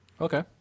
Okay